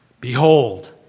Behold